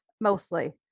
mostly